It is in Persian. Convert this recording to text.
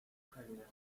خریدمش